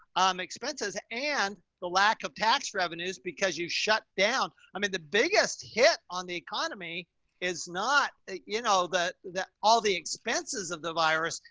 um, expenses and the lack of tax revenues because you shut down. i mean the biggest hit on the economy is not, you know, the, the, all the expenses of the virus,